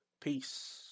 Peace